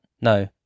No